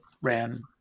ran